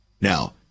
Now